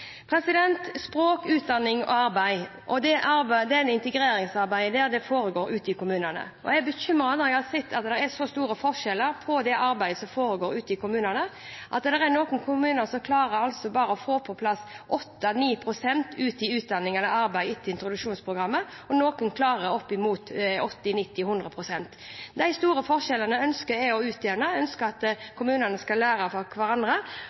det gjelder språk, utdanning og arbeid, foregår dette integreringsarbeidet ute i kommunene, og jeg blir bekymret når jeg ser at det er så store forskjeller på det arbeidet som foregår ute i kommunene, at det er noen kommuner som bare klarer å få 8–9 pst. ut i utdanning eller arbeid etter introduksjonsprogrammet, mens andre klarer oppimot 80–90–100 pst. De store forskjellene ønsker jeg å utjevne. Jeg ønsker at kommunene skal lære av hverandre,